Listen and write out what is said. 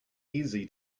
easy